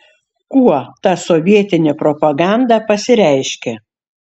kuo ta sovietinė propaganda pasireiškė